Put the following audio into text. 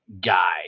guy